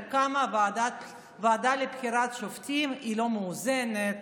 כמה הוועדה לבחירת שופטים היא לא מאוזנת,